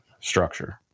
structure